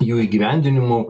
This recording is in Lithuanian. jų įgyvendinimu